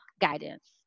guidance